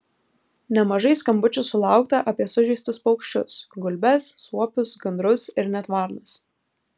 nemažai skambučių sulaukta apie sužeistus paukščius gulbes suopius gandrus ir net varnas